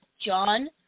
John